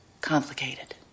complicated